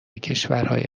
کشورهای